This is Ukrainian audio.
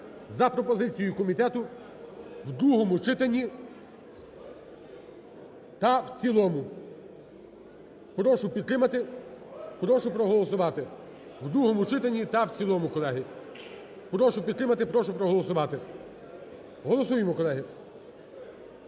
за пропозицією комітету в другому читанні та в цілому. Прошу підтримати, прошу проголосувати. В другому читанні та в цілому, колеги. Прошу підтримати, прошу проголосувати. Голосуємо, колеги.